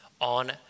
on